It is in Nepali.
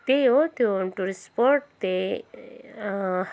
त्यही हो त्यो टुरिस्ट स्पट त्यहीँ